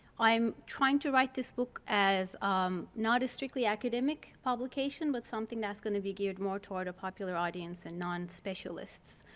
i'm trying to write this book as um not a strictly academic publication but something that's going to be geared more towards a popular audience and non-specialists.